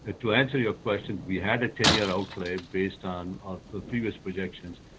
ah to answer your question, we had a ten year outlay based on the previous projections,